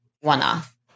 one-off